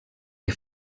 que